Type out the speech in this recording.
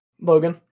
Logan